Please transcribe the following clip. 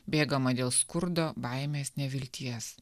bėgama dėl skurdo baimės nevilties